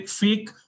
fake